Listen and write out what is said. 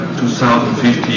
2015